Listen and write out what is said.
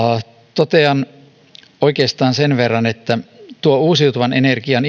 totean oikeastaan sen verran että mitä tulee uusiutuvan energian